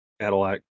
Cadillac